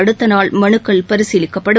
அடுத்த நாள் மனுக்கள் பரிசீலிக்கப்படும்